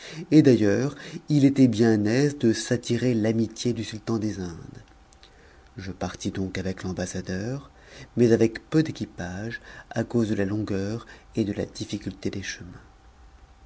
et d'ailleurs il était bien aise de s'attirer l'amitié du sultan des indes je partis donc avec l'ambassadeur mais avec peu d'équipage à cause de la longueur et de la difficulté des chemins